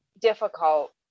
difficult